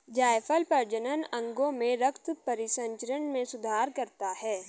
जायफल प्रजनन अंगों में रक्त परिसंचरण में सुधार करता है